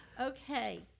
Okay